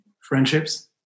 Friendships